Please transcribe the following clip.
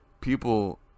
people